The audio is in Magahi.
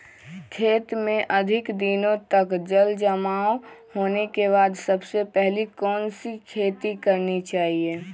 खेत में अधिक दिनों तक जल जमाओ होने के बाद सबसे पहली कौन सी खेती करनी चाहिए?